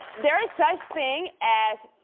there is such thing as,